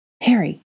Harry